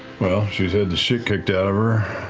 well, she's had the shit kicked out of her.